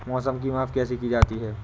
मौसम की माप कैसे की जाती है?